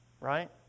right